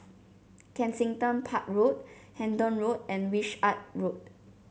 Kensington Park Road Hendon Road and Wishart Road